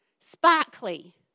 sparkly